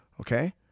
Okay